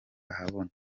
ahabona